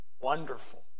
Wonderful